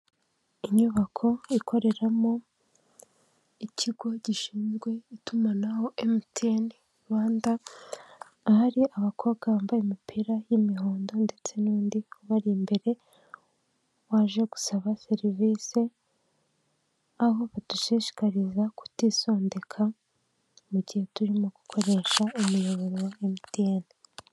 Inyubako ikoreramo ikigo gishinzwe itumanaho MTN Rwanda, aho ari abakobwa bambaye imipira y'imihondo ndetse n'undi ubari imbere, waje gusaba serivise, aho badushishikariza kutisondeka. Mu gihe turimo gukoresha umuyobo wa MTN.